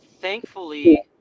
thankfully